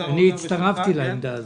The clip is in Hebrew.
אני הצטרפתי לעמדה הזאת.